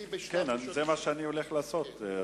זה מה שאני הולך לעשות.